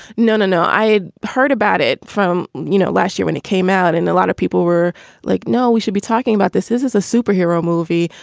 no, no, no. i heard about it from, you know, last year when it came out. and a lot of people were like, no, we should be talking about this. this is a superhero movie.